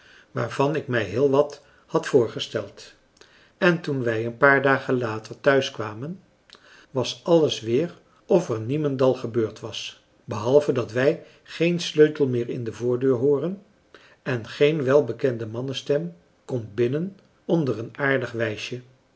waarvan ik mij heel wat had voorgesteld en toen wij een paar dagen later thuiskwamen was alles weer of er niemendal gebeurd was behalve dat wij geen sleutel meer in de voordeur hooren en geen welbekende mannenstem komt binnen onder een aardig wijsje